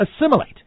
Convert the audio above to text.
assimilate